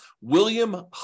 William